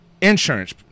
insurance